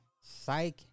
Psych